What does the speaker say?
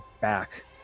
back